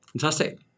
Fantastic